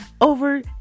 over